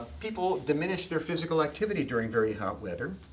people diminish their physical activity during very hot weather.